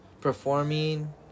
performing